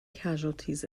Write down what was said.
casualties